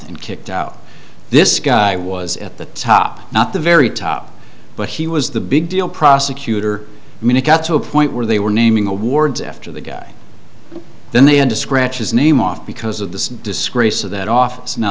and kicked out this guy was at the top not the very top but he was the big deal prosecutor and when it got to a point where they were naming awards after the guy then they had to scratch his name off because of the disc race of that office now